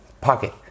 pocket